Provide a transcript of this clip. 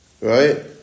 Right